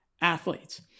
athletes